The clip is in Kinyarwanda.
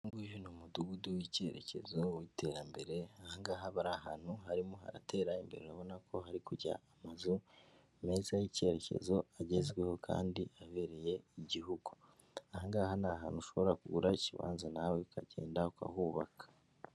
Ni umudugudu w'icyerekezo w'iterambere ahahaba ari ahantu harimo atera imbere urabona ko hari kujya amazu meza y'icyerekezo agezweho kandi abereye igihugu, aha ngaha ni ahantu ushobora kugura ikibanza nawe ukagenda ukahubaka.